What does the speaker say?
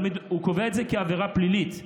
אבל הוא קובע את זה כעבירה פלילית,